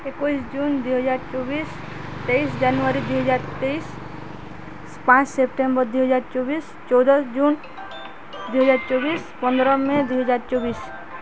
ଏକୋଇଶ ଜୁନ ଦୁଇହଜାର ଚବିଶ ତେଇଶ ଜାନୁଆରୀ ଦୁଇହଜାର ତେଇଶ ପାଞ୍ଚ ସେପ୍ଟେମ୍ବର ଦୁଇହଜାର ଚବିଶ ଚଉଦ ଜୁନ ଦୁଇହଜାର ଚବିଶ ପନ୍ଦର ମେ ଦୁଇହଜାର ଚବିଶ